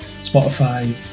Spotify